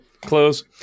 Close